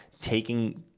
taking